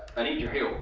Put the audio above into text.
i need your help.